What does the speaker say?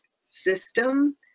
system